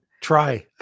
try